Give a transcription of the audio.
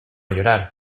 llorar